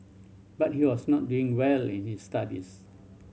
but he was not doing well in his studies